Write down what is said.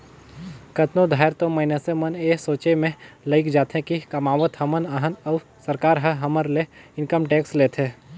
कतनो धाएर तो मइनसे मन ए सोंचे में लइग जाथें कि कमावत हमन अहन अउ सरकार ह हमर ले इनकम टेक्स लेथे